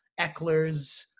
Ecklers